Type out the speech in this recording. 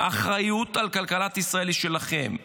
האחריות על כלכלת ישראל היא שלכם.